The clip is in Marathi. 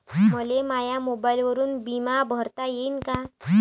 मले माया मोबाईलवरून बिमा भरता येईन का?